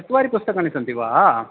चत्वारि पुस्तकानि सन्ति वा